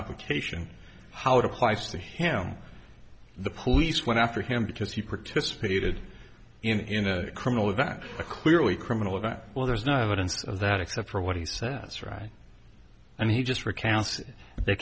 application how it applies to him the police went after him because he participated in a criminal event a clearly criminal event well there's no evidence of that except for what he says right and he just